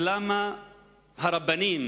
אז למה הרבנים,